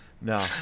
No